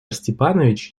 степанович